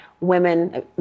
women